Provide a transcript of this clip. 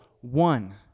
one